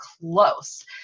close